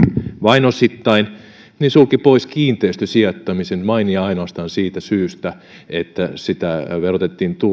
vain osittain sulki pois kiinteistösijoittamisen vain ja ainoastaan siitä syystä että sitä verotettiin